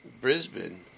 Brisbane